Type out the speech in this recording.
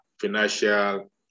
financial